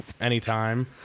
anytime